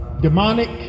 demonic